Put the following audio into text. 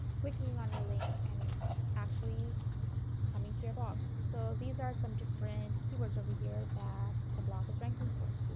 clicking on your link and actually coming to your blog. so these are some different keywords over here that the blog is ranking for.